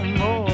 more